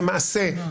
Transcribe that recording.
נכון.